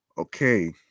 Okay